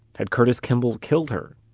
had curtis kimball killed her?